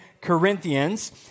Corinthians